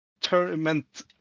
tournament